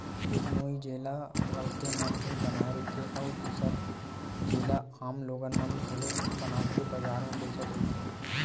एक नोई जेला राउते मन ही बनाए रहिथे, अउ दूसर जेला आम लोगन मन घलोक बनाके बजार म बेचत रहिथे